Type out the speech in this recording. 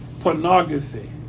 pornography